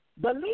believe